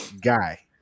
guy